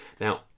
Now